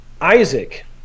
Isaac